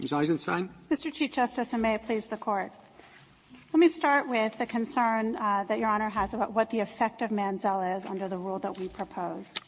eisenstein mr. chief justice, and may it please the court let me start with the concern that your honor has about what the effect of mansell is under the rule that we propose.